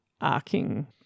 arcing